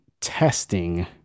testing